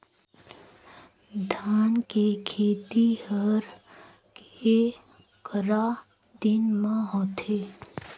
धान के खेती हर के करा दिन म होथे?